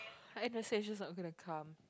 Anastasia's not gonna come